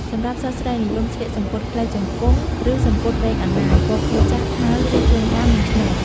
សម្រាប់សិស្សស្រីនិយមស្លៀក សំពត់ខ្លីជង្គង់ ឬសំពត់វែងអន្លាយ ពណ៌ខៀវចាស់ ខ្មៅ ឬជួនកាលមានឆ្នូត។